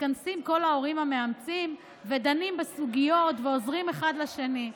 מתכנסים כל ההורים המאמצים ודנים בסוגיות ועוזרים אחד לשני.